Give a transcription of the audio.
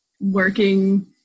working